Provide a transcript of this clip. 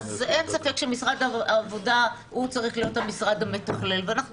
אין ספק שמשרד העבודה הוא צריך להיות המשרד המתכלל ואנחנו